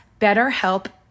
BetterHelp